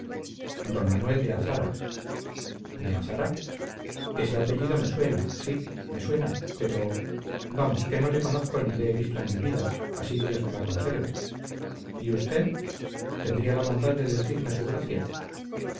d manuel de azara de azara ese apellido me suena sí me suena pero vamos que no le conozco ni le he visto en mi vida así dios me la conserve y usted tendría la bondad de decirme su gracia